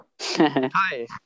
Hi